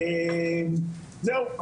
זהו,